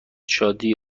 شادی